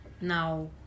now